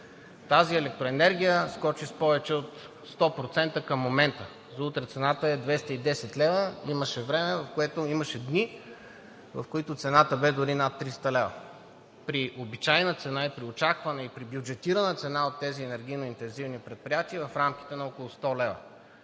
Тази електроенергия скочи с повече от 100% към момента. За утре цената е 210 лв., имаше време, имаше дни, в които цената бе дори над 300 лв. При обичайна цена, при очаквана и при бюджетирана цена от тези енергийно интензивни предприятия, в рамките на около 100 лв.,